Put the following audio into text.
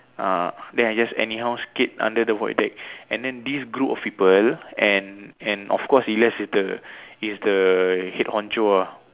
uh then I just anyhow skate under the void deck and then this group of people and and of course he let's is the head honcho ah